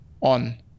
on